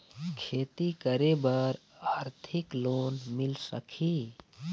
खेती करे बर आरथिक लोन मिल सकही?